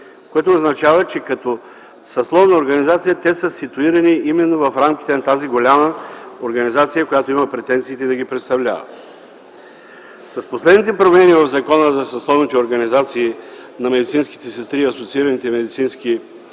което означава, че като съсловна организация те са ситуирани именно в рамките на тази голяма организация, която има претенциите да ги представлява. С последните промени в Закона за съсловните организации на медицинските сестри и асоциираните медицински